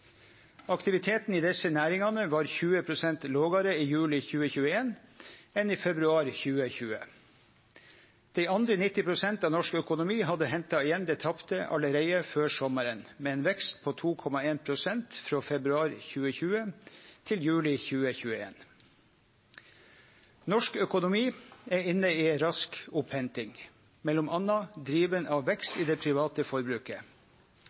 Aktiviteten i desse næringane var 20 pst. lågare i juli 2021 enn i februar 2020. Dei andre 90 pst. av norsk økonomi hadde henta igjen det tapte allereie før sommaren, med ein vekst på 2,1 pst. frå februar 2020 til juli 2021. Norsk økonomi er inne i ei rask opphenting, m.a. driven av vekst i det private forbruket.